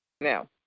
Now